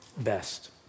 best